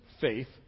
faith